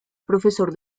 profesor